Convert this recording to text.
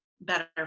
better